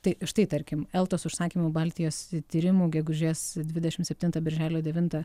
tai štai tarkim eltos užsakymu baltijos tyrimų gegužės dvidešim septintą birželio devintą